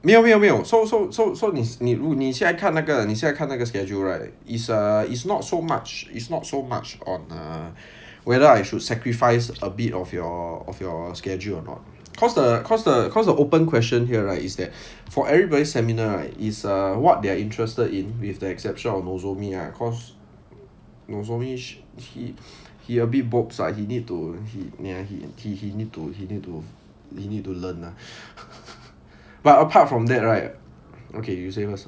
没有没有没有 so so so so 你你如你现在看那个你现在看那个 schedule right is uh is not so much it's not so much on err whether I should sacrifice a bit of your of your schedule or not cause the cause the cause the open question here right is that for everybody seminar right is uh what they're interested in with the exception of nozomi ah cause nozomi he he a bit bopes ah he need to ya he he need to he need to he need to learn lah but apart from that right okay you say first